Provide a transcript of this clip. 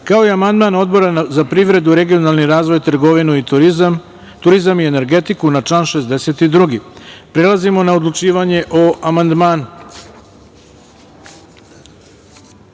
kao i amandman Odbora za privredu, regionalni razvoj, trgovinu, turizam i energetiku na član 62.Prelazimo na odlučivanje o amandmanu. Na